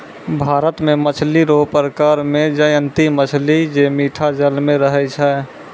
भारत मे मछली रो प्रकार मे जयंती मछली जे मीठा जल मे रहै छै